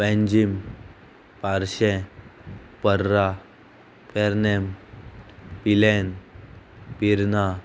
Panjim Parcem Parra Pernem Pilerne Pirna